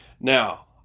now